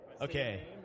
Okay